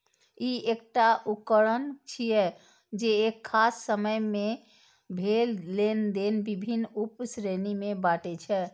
ई एकटा उकरण छियै, जे एक खास समय मे भेल लेनेदेन विभिन्न उप श्रेणी मे बांटै छै